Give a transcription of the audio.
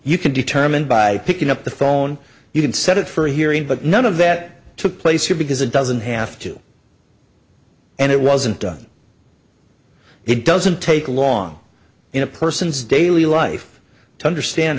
you can determine by picking up the phone you can set it for hearing but none of that took place here because it doesn't have to and it wasn't done it doesn't take long in a person's daily life to understand